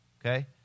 okay